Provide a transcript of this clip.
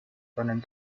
seinen